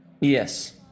Yes